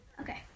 Okay